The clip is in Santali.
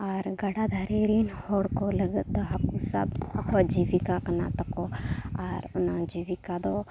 ᱟᱨ ᱜᱟᱰᱟ ᱫᱷᱟᱨᱮ ᱨᱮᱱ ᱦᱚᱲᱠᱚ ᱞᱟᱹᱜᱤᱫ ᱫᱚ ᱦᱟᱹᱠᱩ ᱥᱟᱵᱦᱚᱸ ᱡᱤᱵᱤᱠᱟ ᱠᱟᱱᱟ ᱛᱟᱠᱚ ᱟᱨ ᱚᱱᱟ ᱡᱤᱵᱤᱠᱟ ᱫᱚ